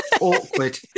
awkward